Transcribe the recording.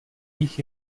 nich